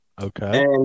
Okay